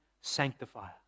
sanctifier